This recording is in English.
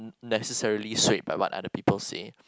necessarily swayed by what other people say